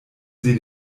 sie